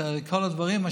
השמירה וכל הדברים.